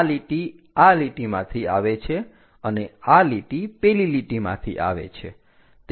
આ લીટી આ લીટીમાંથી આવે છે અને આ લીટી પેલી લીટીમાંથી આવે છે